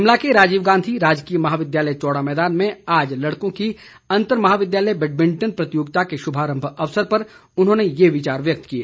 शिमला के राजीव गांधी राजकीय महाविद्यालय चौड़ा मैदान में आज लड़कों की अंतर महाविद्यालय बैडमिंटन प्रतियोगिता के शुभारंभ अवसर पर उन्होंने ये विचार व्यक्त किए